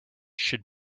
should